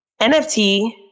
NFT